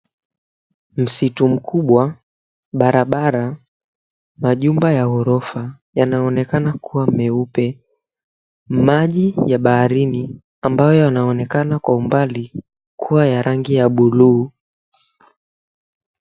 Msitu mkubwa, barabara, majumba ya ghorofa yanaonekana kuwa meupe. Maji ya baharini ambayo yanaonekana kwa umbali kuwa ya rangi ya buluu.